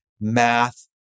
math